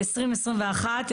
ב-2021.